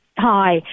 Hi